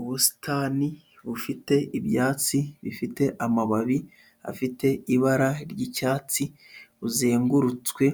Ubusitani bufite ibyatsi bifite amababi afite ibara ry'icyatsi, buzengurutswe